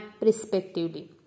respectively